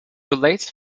relates